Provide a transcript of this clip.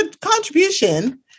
contribution